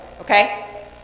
Okay